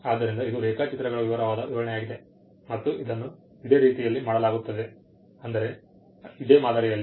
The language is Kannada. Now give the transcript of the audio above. ಆದ್ದರಿಂದ ಇದು ರೇಖಾಚಿತ್ರಗಳ ವಿವರವಾದ ವಿವರಣೆಯಾಗಿದೆ ಮತ್ತು ಇದನ್ನು ಇದೇ ರೀತಿಯಲ್ಲಿ ಮಾಡಲಾಗುತ್ತದೆ ಅಂದರೆ ಇದೇ ಮಾದರಿಯಲ್ಲಿ